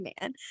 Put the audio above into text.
man